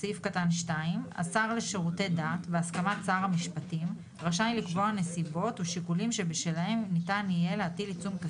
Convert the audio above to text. כדי ששר הדתות יוכל ללחוץ עליו ולאיים עליו שאם הוא לא יעבור לוועדת